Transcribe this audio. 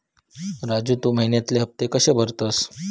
राजू, तू महिन्याचे हफ्ते कशे भरतंस?